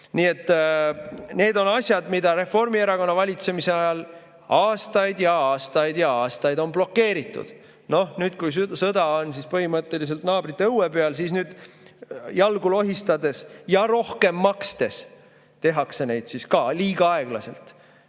need on asjad, mida Reformierakonna valitsemise ajal aastaid ja aastaid ja aastaid on blokeeritud. Noh, nüüd kui sõda on põhimõtteliselt naabrite õue peal, siis jalgu lohistades ja rohkem makstes tehakse, aga ka liiga aeglaselt.